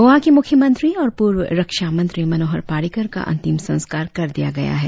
गोवा के मुख्यमंत्री और पूर्व रक्षामंत्री मनोहर पर्रिकर का अंतिम संस्कार कर दिया गया है